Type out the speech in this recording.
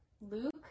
luke